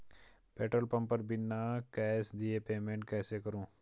Petrol pump पर बिना cash दिए पेमेंट कैसे करूँ?